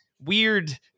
weird